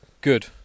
Good